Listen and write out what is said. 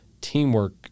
teamwork